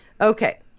Okay